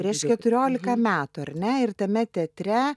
prieš keturiolika metų ar ne ir tame teatre